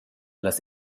las